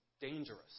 dangerous